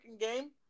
game